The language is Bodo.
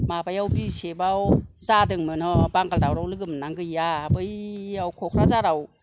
माबायाव बिसेफआव जादोंमोन ह' बांगाल दावरावाव लोगो मोननानै गैया बैयाव क'क्राझाराव